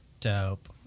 Dope